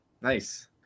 nice